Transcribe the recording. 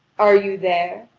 are you there?